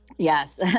Yes